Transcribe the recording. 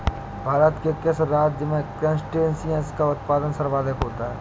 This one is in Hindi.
भारत के किस राज्य में क्रस्टेशियंस का उत्पादन सर्वाधिक होता है?